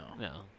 no